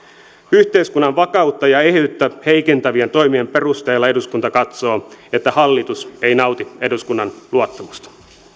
yhteiskunnan vakautta ja eheyttä heikentävien toimien perusteella eduskunta katsoo että hallitus ei nauti eduskunnan luottamusta